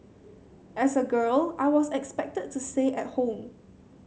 as a girl I was expected to stay at home